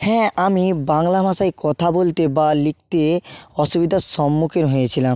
হ্যাঁ আমি বাংলা ভাষায় কথা বলতে বা লিখতে অসুবিধার সম্মুখীন হয়েছিলাম